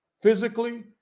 physically